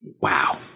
Wow